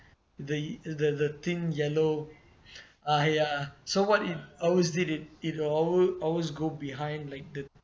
the the the think yellow ah ya so what it always did it it alwa~ always go behind like the